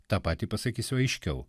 tą patį pasakysiu aiškiau